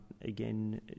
again